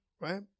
right